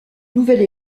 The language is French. nouvelle